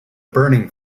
burning